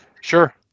Sure